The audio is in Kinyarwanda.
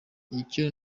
icyo